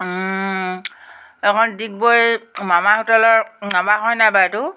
এইখন ডিগবৈ মামাৰ হোটেলৰ নাম্বাৰ হয় নাই বাৰু এইটো